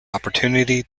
opportunity